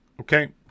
Okay